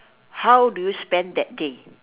how do you spend that day